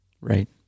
right